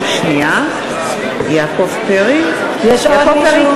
יש עוד מישהו?